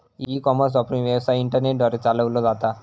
E commerce वापरून, व्यवसाय internet द्वारे चालवलो जाता